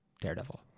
Daredevil